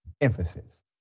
emphasis